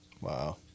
Wow